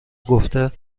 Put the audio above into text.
گفته